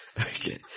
Okay